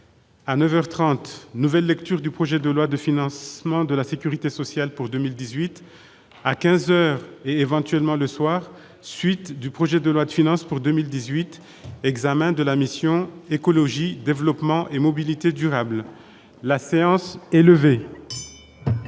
30 nouvelle lecture du projet de loi de financement de la Sécurité sociale pour 2018 à 15 heures et éventuellement le soir : suite du projet de loi de finances pour 2018 : examen de la mission écologie, développement et mobilité durable, la séance est levée.